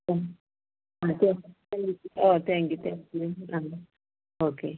oh thank you thank you ഓ നന്ദി okay